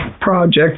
project